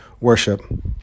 worship